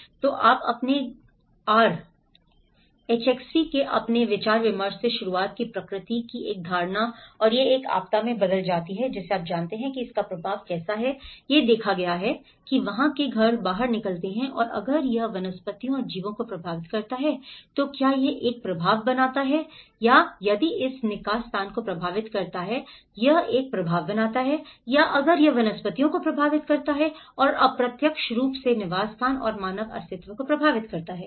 तो आपने R HXV के अपने विचार विमर्श से शुरुआत की प्रकृति की एक धारणा और यह एक आपदा में बदल जाती है जिसे आप जानते हैं और इसका प्रभाव कैसा है यह देखा जाता है कि क्या वहां के घर बाहर निकलते हैं और अगर यह वनस्पतियों और जीवों को प्रभावित करता है तो क्या यह एक प्रभाव बनाता है या यदि यह निवास स्थान को प्रभावित करता है यह एक प्रभाव बनाता है या अगर यह वनस्पतियों को प्रभावित करता है और अप्रत्यक्ष रूप से निवास स्थान और मानव अस्तित्व को प्रभावित करता है